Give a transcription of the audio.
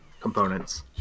components